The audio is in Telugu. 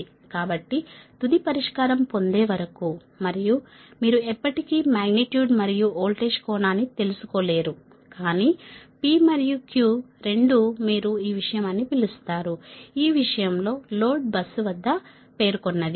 కాబట్టి తుది పరిష్కారం పొందే వరకు మరియు మీరు ఎప్పటికీ మాగ్నిట్యూడ్ మరియు వోల్టేజ్ కోణాన్ని తెలుసుకోలేరు కానీ P మరియు Q రెండూ మీరు ఈ విషయం అని పిలుస్తారు ఈ విషయం లోడ్ బస్సు వద్ద పేర్కొన్నది